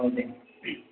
औ दे